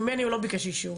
ממני הוא לא ביקש אישור